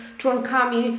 członkami